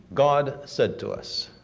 god said to us